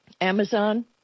amazon